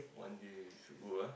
one day should go ah